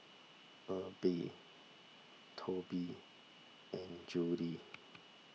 Erby Tobie and Judyth